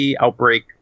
outbreak